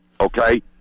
okay